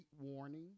warning